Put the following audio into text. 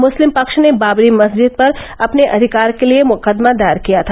मुस्लिम पक्ष ने बाबरी मस्जिद पर अपने अधिकार के लिये मुकदमा दायर किया था